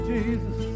Jesus